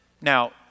Now